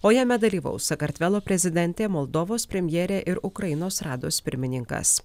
o jame dalyvaus sakartvelo prezidentė moldovos premjerė ir ukrainos rados pirmininkas